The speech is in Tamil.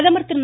பிரதமர் திரு